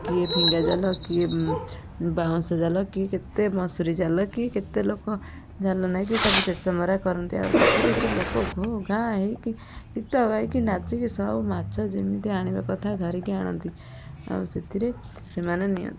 କିଏ ଫିଙ୍ଗା ଜାଲ କିଏ ବାଉଁଶ ଜାଲ କିଏ କେତେ ମଶୁରୀ ଜାଲ କିଏ କେତେ ଲୋକ ଜାଲ ନେଇକି ସବୁ ଦେଶ ମରା କରନ୍ତି ଆଉ ସେଥିରେ ସେ ଲୋକ ଘୋ ଘା ହେଇକି ଗୀତ ଗାଇକି ନାଚିକି ସବୁ ମାଛ ଯେମିତି ଆଣିବା କଥା ଧରିକି ଆଣନ୍ତି ଆଉ ସେଥିରେ ସେମାନେ ନିଅନ୍ତି